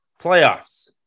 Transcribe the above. playoffs